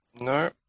No